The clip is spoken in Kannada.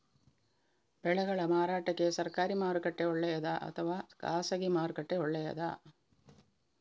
ಬೆಳೆಗಳ ಮಾರಾಟಕ್ಕೆ ಸರಕಾರಿ ಮಾರುಕಟ್ಟೆ ಒಳ್ಳೆಯದಾ ಅಥವಾ ಖಾಸಗಿ ಮಾರುಕಟ್ಟೆ ಒಳ್ಳೆಯದಾ